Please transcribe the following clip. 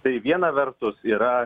tai viena vertus yra